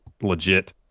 legit